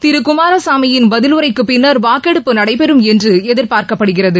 திரு குமாரசாமியின் பதிலுரைக்குப் பின்னர் வாக்கெடுப்பு நடைபெறும் என்று எதிர்பார்க்கப்படுகிறது